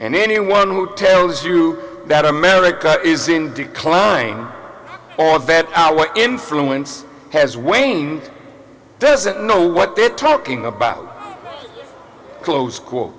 and anyone who tells you that america is in decline or bad our influence has waned doesn't know what they're talking about close quote